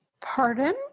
Pardon